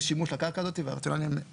מעל התחנה במקרה ספציפי, ההסדר הזה לא חל.